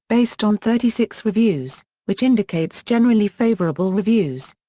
based on thirty six reviews, which indicates generally favourable reviews.